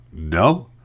No